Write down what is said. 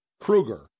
Kruger